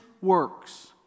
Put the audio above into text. works